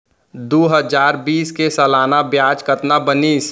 दू हजार बीस के सालाना ब्याज कतना बनिस?